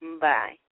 Bye